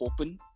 open